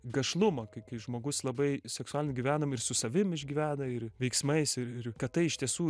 gašlumą kai kai žmogus labai seksualiai gyvenam ir su savim išgyvena ir veiksmais ir ir kad tai iš tiesų